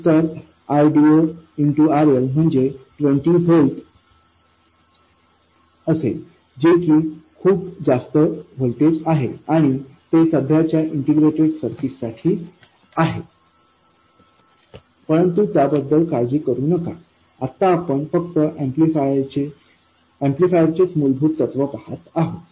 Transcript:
तर ID0 RL म्हणजे 20 volt असेल जे की खूप जास्त व्होल्टेज आहे आणि ते सध्याच्या इंटिग्रेटेड सर्किट्स साठी आहे परंतु त्याबद्दल काळजी करू नका आत्ता आपण फक्त ऍम्प्लिफायर चे मूलभूत तत्वे पहात आहोत